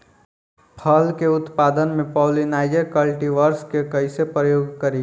फल के उत्पादन मे पॉलिनाइजर कल्टीवर्स के कइसे प्रयोग करी?